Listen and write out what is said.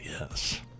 yes